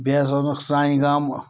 بیٚیہِ ہَسا اوٚنُکھ سانہِ گامہٕ